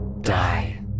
DIE